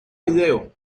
vídeo